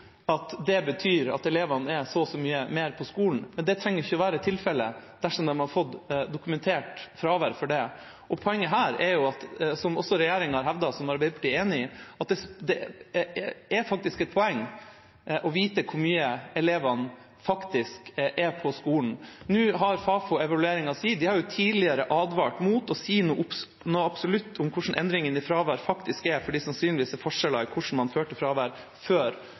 at det betyr at elevene er så og så mye mer på skolen. Men det trenger ikke å være tilfellet dersom de har fått dokumentert fravær for det. Poenget her er – som også regjeringa har hevdet, og som Arbeiderpartiet er enig i – at det er et poeng å vite hvor mye elevene faktisk er på skolen. Fafo har gjort sin evaluering. De har tidligere advart mot å si noe absolutt om hvordan endringene i fraværet har vært, for det var sannsynligvis forskjeller i hvordan man førte fravær før